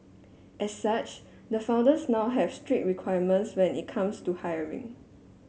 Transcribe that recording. as such the founders now have strict requirements when it comes to hiring